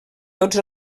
tots